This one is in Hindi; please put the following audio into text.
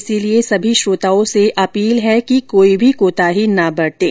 इसलिए सभी श्रोताओं से अपील है कि कोई भी कोताही न बरतें